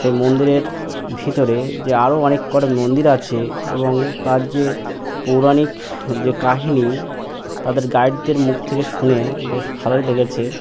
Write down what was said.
সেই মন্দিরের ভিতরে যে আরও অনেক করে মন্দির আছে এবং তার যে পৌরাণিক যে কাহিনি তাদের গাইডদের মুখ থেকে শুনে বেশ ভালোই লেগেছে